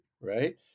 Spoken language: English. Right